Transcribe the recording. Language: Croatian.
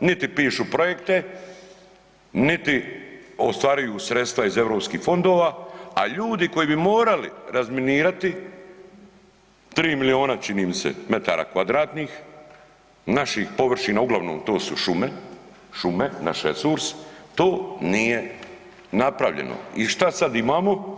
niti pišu projekte, niti ostvaruju sredstva iz Europskih fondova, a ljudi koji bi morali razminirati, 3 milijona čini mi se metara kvadratnih naših površina, uglavnom to su šume, šume, naš resurs, to nije napravljeno i šta sad imamo?